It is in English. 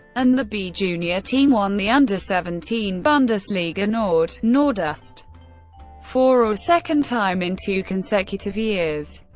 and the b-junior team won the under seventeen bundesliga nord nordost for a second time in two consecutive years.